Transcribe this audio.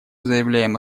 заявляем